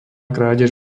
krádež